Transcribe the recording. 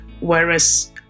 Whereas